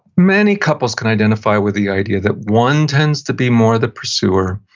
many couples can identify with the idea that one tends to be more the pursuer,